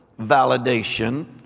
validation